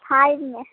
five मे